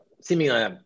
seemingly